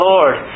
Lord